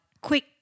quick